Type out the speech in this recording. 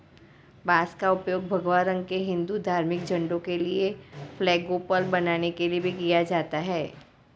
बांस का उपयोग भगवा रंग के हिंदू धार्मिक झंडों के लिए फ्लैगपोल बनाने के लिए भी किया जाता है